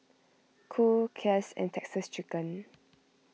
Cool Kiehl's and Texas Chicken